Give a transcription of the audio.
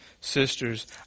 sisters